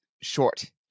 short